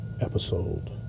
episode